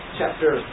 chapter